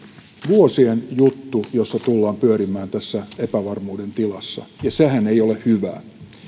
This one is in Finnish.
vuosien juttu jossa tullaan pyörimään tässä epävarmuuden tilassa ja sehän ei ole hyvä